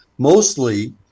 Mostly